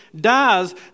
dies